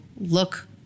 look